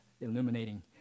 illuminating